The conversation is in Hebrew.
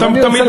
אתה תמיד מוזמן.